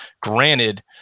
Granted